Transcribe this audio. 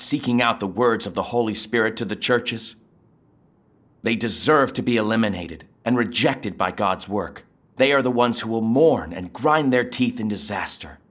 seeking out the words of the holy spirit to the churches they deserve to be eliminated and rejected by god's work they are the ones who will mourn ready and grind their teeth in disaster